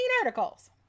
articles